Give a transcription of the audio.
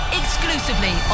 exclusively